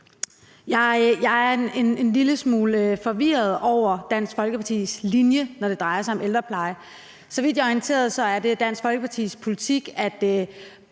Jeg er en lille smule forvirret over Dansk Folkepartis linje, når det drejer sig om ældrepleje. Så vidt jeg er orienteret, er det Dansk Folkepartis politik, at